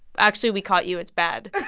actually, we caught you. it's bad,